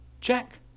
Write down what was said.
Check